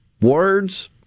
words